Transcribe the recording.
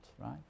right